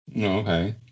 okay